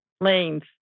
Lanes